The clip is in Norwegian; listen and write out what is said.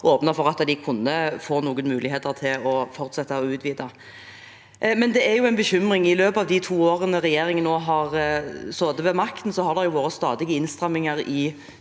og åpnet for at de kunne få noen muligheter til å fortsette med å utvide. Men det er en bekymring. I løpet av de to årene regjeringen har sittet ved makten, har det vært stadige innstramminger i